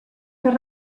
per